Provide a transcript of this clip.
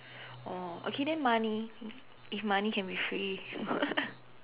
oh okay then money if money can be free